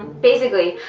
basically,